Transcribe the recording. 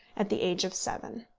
at the age of seven.